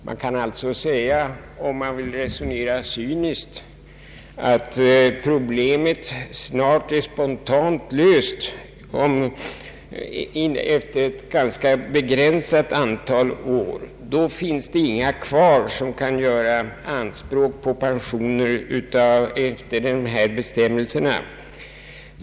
Man kan alltså, om man vill resonera cyniskt, säga ati problemet är spontant löst efter ett ganska begränsat antal år. Då finns det inga kvar som kan göra anspråk på pensioner efter de här bestämmelserna.